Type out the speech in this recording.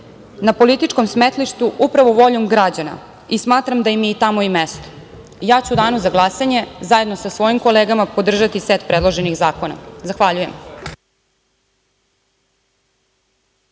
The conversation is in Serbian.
na političkom smetlištu upravo voljom građana i smatram da im je tamo i mesto. Ja ću u danu za glasanje zajedno sa svojim kolegama podržati set predloženih zakona. Zahvaljujem.